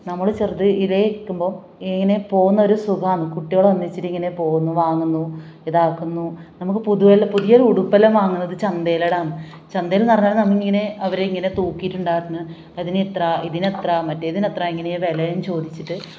നമ്മൾ ചെറുത് ഇത് ഇരിക്കുമ്പോൾ ഇങ്ങനെ പോവുന്നത് ഒര് സുഖമാണ് കുട്ടികൾ ഒന്നിച്ചിട്ട് ഇങ്ങനെ പോവുന്നു വാങ്ങുന്നു ഇതാക്കുന്നു നമുക്ക് പുതുവൽ പുതിയൊരു ഉടുപ്പെല്ലാം വാങ്ങുന്നത് ചന്തേലെടാന്ന് ചന്തയിൽ നിന്ന് പറഞ്ഞാൽ അവിടുന്ന് ഇങ്ങനെ അവരിങ്ങനെ തൂക്കിയിട്ടുണ്ടായിരുന്നു അതിനെത്ര ഇതിനെത്ര മറ്റേതിനെത്ര ഇങ്ങനെ വിലയും ചോദിച്ചിട്ട്